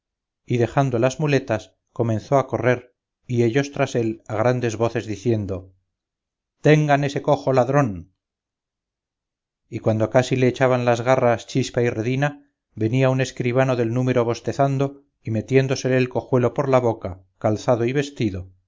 y dejando las muletas comenzó a correr y ellos tras él a grandes voces diciendo tengan ese cojo ladrón y cuando casi le echaban las garras chispa y redina venía un escribano del número bostezando y metiósele el cojuelo por la boca calzado y vestido